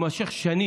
מכיוון שאתה רוצה,